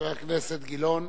חבר הכנסת גילאון.